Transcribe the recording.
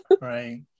Right